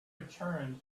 returned